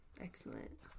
Excellent